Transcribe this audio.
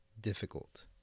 difficult